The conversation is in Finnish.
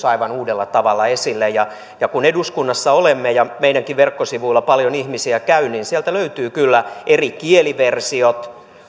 aivan uudella tavalla esille ja kun eduskunnassa olemme ja meidänkin verkkosivuillamme paljon ihmisiä käy ja kun sieltä löytyy kyllä eri kieliversiot